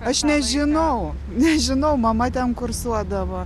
aš nežinau nežinau mama ten kursuodavo